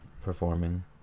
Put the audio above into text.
performing